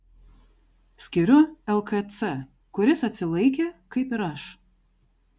skiriu lkc kuris atsilaikė kaip ir aš